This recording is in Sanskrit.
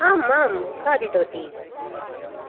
आम् आम् खादितवति